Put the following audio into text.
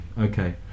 okay